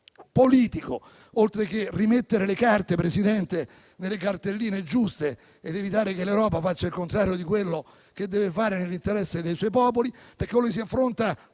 politico, oltre che rimettere le carte nelle cartelline giuste ed evitare che l'Europa faccia il contrario di quello che deve fare nell'interesse dei suoi popoli, perché o si affrontano